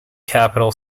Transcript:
capitol